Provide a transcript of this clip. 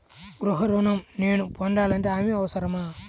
గృహ ఋణం నేను పొందాలంటే హామీ అవసరమా?